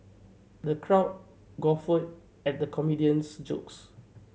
the crowd guffawed at the comedian's jokes